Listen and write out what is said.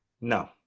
no